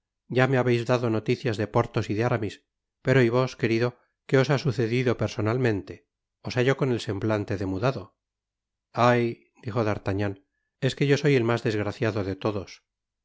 ya me habéis dado noticias de porthos y de aramis pero y vos querido qué os ha sucedio personalmente os hallo con el semblante demudado ayl dijo d'artagnan es que yo soy el mas desgraciado de todos